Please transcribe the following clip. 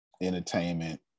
entertainment